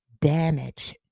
damage